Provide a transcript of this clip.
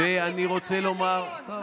את הנושא הזה אנחנו מתקצבים.